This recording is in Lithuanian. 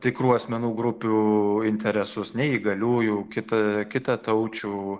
tikrų asmenų grupių interesus neįgaliųjų kita kitataučių